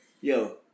Yo